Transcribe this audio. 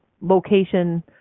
location